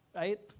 right